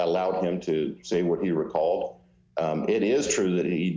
allowed him to say what you recall it is true that he